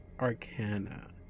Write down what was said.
Arcana